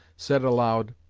said aloud